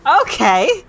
Okay